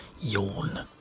Yawn